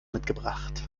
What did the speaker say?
mitgebracht